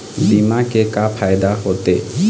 बीमा के का फायदा होते?